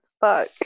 fuck